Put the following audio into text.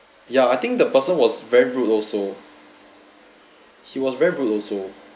ya I think the person was very rude also he was very rude also